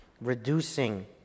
reducing